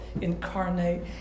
incarnate